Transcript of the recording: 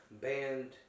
band